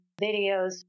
videos